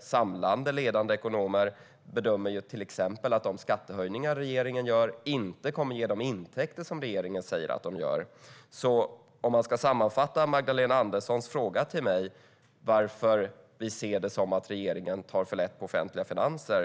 Samlande ledande ekonomer bedömer till exempel att de skattehöjningar som regeringen gör inte kommer att ge de intäkter som regeringen säger att de ska ge. Magdalena Anderssons frågade mig varför vi ser det som att regeringen tar för lätt på de offentliga finanserna.